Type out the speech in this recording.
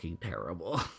terrible